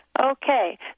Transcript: Okay